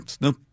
no